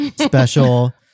special